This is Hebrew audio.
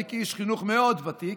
אני, כאיש חינוך מאוד ותיק,